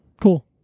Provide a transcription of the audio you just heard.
Cool